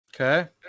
Okay